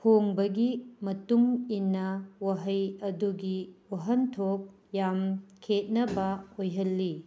ꯍꯣꯡꯕꯒꯤ ꯃꯇꯨꯡ ꯏꯟꯅ ꯋꯥꯍꯩ ꯑꯗꯨꯒꯤ ꯋꯥꯍꯟꯊꯣꯛ ꯌꯥꯝ ꯈꯦꯅꯕ ꯑꯣꯏꯍꯜꯂꯤ